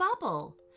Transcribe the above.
Bubble